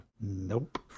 Nope